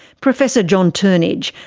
professor john turnidge,